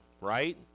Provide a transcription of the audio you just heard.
right